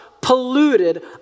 polluted